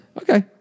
Okay